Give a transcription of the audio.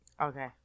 okay